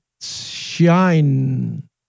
shine